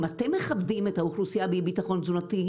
אם אתם מכבדים את האוכלוסייה באי-ביטחון תזונתי,